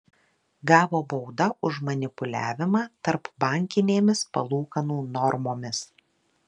gavo baudą už manipuliavimą tarpbankinėmis palūkanų normomis